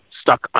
stuck